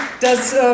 dass